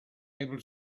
able